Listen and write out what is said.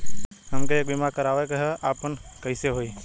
हमके एक बीमा करावे के ह आपन कईसे होई?